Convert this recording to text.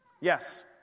Yes